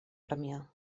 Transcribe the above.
premià